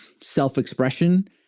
self-expression